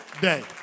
day